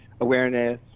awareness